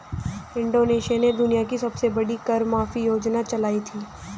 Indonesia ने दुनिया की सबसे बड़ी कर माफी योजना चलाई थी